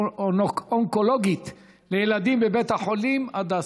ההמטו-אונקולוגית לילדים בבית החולים הדסה,